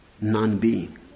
non-being